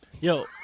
Yo